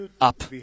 up